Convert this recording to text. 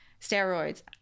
steroids